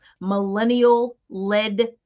millennial-led